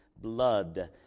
blood